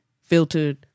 filtered